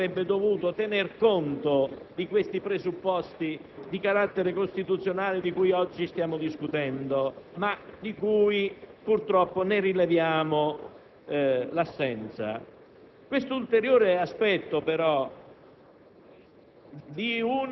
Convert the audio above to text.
È stato qui ricordato come quella promulgazione avrebbe dovuto tenere conto dei presupposti di carattere costituzionale di cui oggi stiamo discutendo, ma di cui purtroppo ne rileviamo l'assenza.